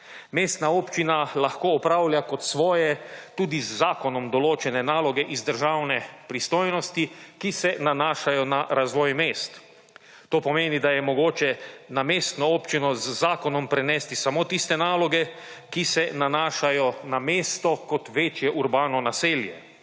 Mestna občina lahko opravlja kot svoje tudi z zakonom določene naloge iz državne pristojnosti, ki se nanašajo na razvoj mest. To pomeni, da je mogoče na mestno občino z zakonom prenesti samo tiste naloge, ki se nanašajo na mesto kot večje urbano naselje.